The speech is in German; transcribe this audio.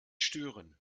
stören